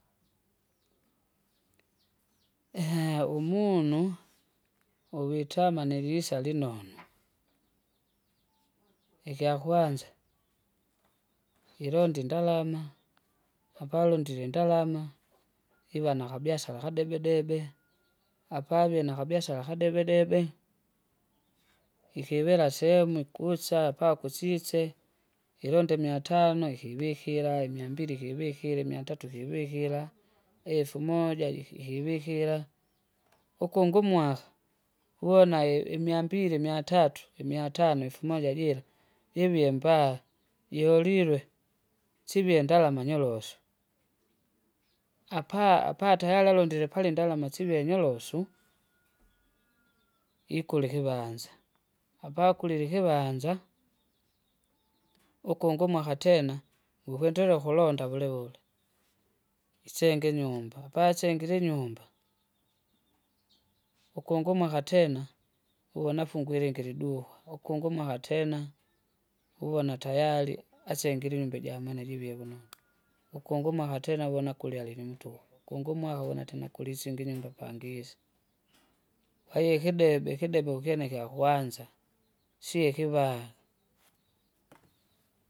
umunu, uwitama nilisa linonu, ikyakwanza, ilonde indalama, apalondile indalama, iva nakabiasara kadebe debe, apa avie nakabiasara kadebe debe. ikivila sehemu ikusapa kusise, ilonda imia tano ikivikira, imiambili ikivikira, imiatatu ikivikira, efumoja jik- ikivikira. Ukungu umwaka, kuvona; i- imiambili, imiatatu, imiatano, efumoja jira jivye mbaa jiholilwe, sivye indalama nyoroso, apa- apatayari alondile pala indalama sive nyorosu, ikula ikuvanza apakulile ikivanza, ukungu mwaka tena, ukwendelea ukulonda vulevule isenga inyumba apa asengire inyumba, ukungumwaka tena, uwe nafungwile ilingi likukwa ukungumwaka tena, uvon atayari asengire inyumba ijamwana jivie vunonu. Ukungu umwaka tena vuna kulya lilimutuku kungumwaka unatena kulisingainyumba pangise. Kwahiyo ikidebe ikidebe kukyene kyakwanza, sio ikivaa.